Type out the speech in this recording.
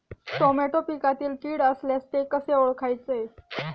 Tomato पिकातील कीड असल्यास ते कसे ओळखायचे?